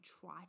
try